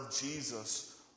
Jesus